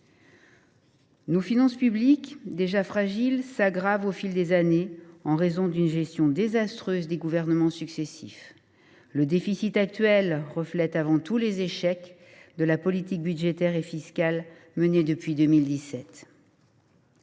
Nos finances publiques, déjà fragiles, se détériorent au fil des années en raison d’une gestion désastreuse des gouvernements successifs. Le déficit actuel reflète avant tout les échecs de la politique budgétaire et fiscale menée depuis 2017.